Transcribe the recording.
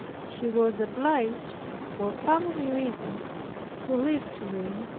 she was obliged for family reasons to leave turin,